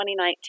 2019